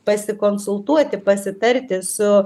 pasikonsultuoti pasitarti su